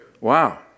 Wow